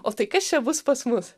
o tai kas čia bus pas mus